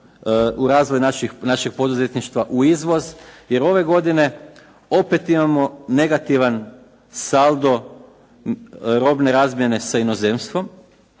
u razvoj našeg poduzetništva u izvoz, jer ove godine opet imamo negativan saldo robne razmjene sa inozemstvom